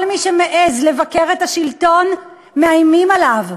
כל מי שמעז לבקר את השלטון, מאיימים עליו.